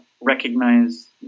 recognize